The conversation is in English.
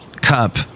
Cup